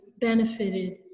benefited